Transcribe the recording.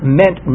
meant